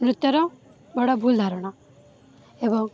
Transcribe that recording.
ନୃତ୍ୟର ବଡ଼ ଭୁଲ୍ ଧାରଣା ଏବଂ